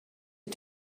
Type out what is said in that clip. you